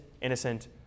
innocent